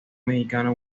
mexicano